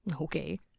Okay